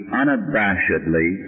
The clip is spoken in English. unabashedly